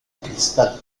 cristal